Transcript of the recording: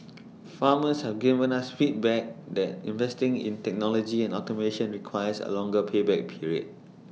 farmers have given us feedback that investing in technology and automation requires A longer pay back period